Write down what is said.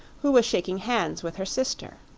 who was shaking hands with her sister.